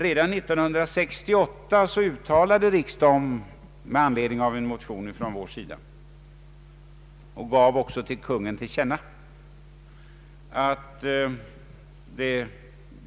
Redan 1968 uttalade riksdagen med anledning av en motion från vår sida och gav också Kungl. Maj:t till känna att det